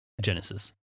Genesis